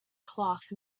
cloth